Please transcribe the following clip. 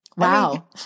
Wow